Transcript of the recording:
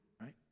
right